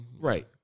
right